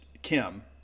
kim